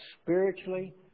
spiritually